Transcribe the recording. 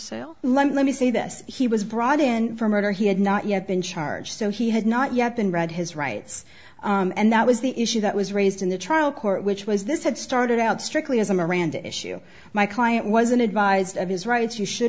cell let me say this he was brought in for murder he had not yet been charged so he had not yet been read his rights and that was the issue that was raised in the trial court which was this had started out strictly as a miranda issue my client wasn't advised of his rights you should